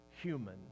human